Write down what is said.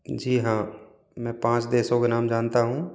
जी हाँ मैं पाँच देशों के नाम जानता हूँ